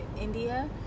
India